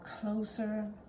closer